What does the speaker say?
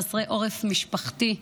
חסרי עורף משפחתי,